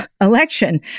election